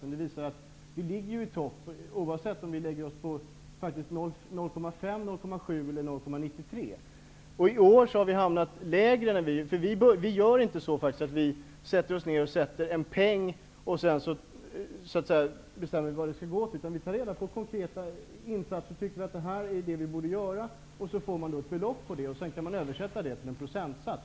Men detta visar att vi ligger i topp, oavsett om vi lägger oss på 0,5 %, 0,7 % eller I år har vi hamnat lägre, eftersom vi inte sätter oss ned och anger en viss summa pengar för att sedan bestämma vad de skall gå till. Vi tar reda på var konkreta insatser behövs. Och när vi vet vad som borde göras, får man fram ett belopp som sedan kan översättas till en procentsats.